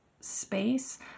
space